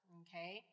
okay